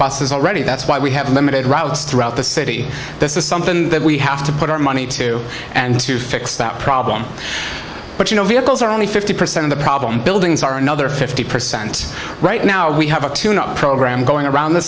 buses already that's why we have limited routes throughout the city this is something that we have to put our money to and to fix that problem but you know vehicles are only fifty percent of the problem buildings are another fifty percent right now we have a tune up program going around the